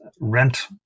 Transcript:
rent